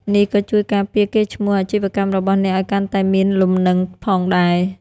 នេះក៏ជួយការពារកេរ្តិ៍ឈ្មោះអាជីវកម្មរបស់អ្នកឲ្យកាន់តែមានលំនឹងផងដែរ។